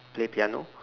play piano